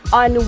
on